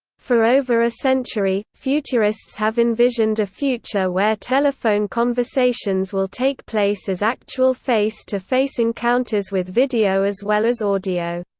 for over a century, futurists have envisioned a future where telephone conversations will take place as actual face-to-face encounters with video as well as audio.